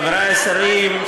חברי השרים,